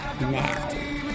now